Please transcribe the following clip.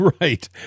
right